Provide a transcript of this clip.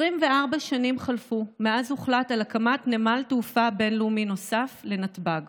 24 שנים חלפו מאז הוחלט על הקמת נמל תעופה בין-לאומי נוסף על נתב"ג.